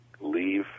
leave